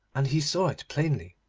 and he saw it plainly.